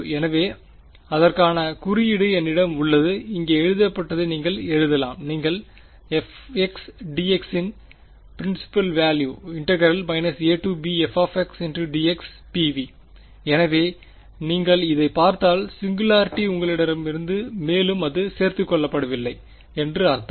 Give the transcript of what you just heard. எனவே அதற்கான குறியீடு என்னிடம் உள்ளது இங்கே எழுதப்பட்ட நீங்கள் எழுதலாம் நீங்கள் f x dx ன் PV abf dx PV எனவே நீங்கள் இதைப் பார்த்தால் சிங்குலாரிட்டி உங்களிடமிருந்து மேலும் அது சேர்த்துக்கொள்ளப்படவில்லை என்று அர்த்தம்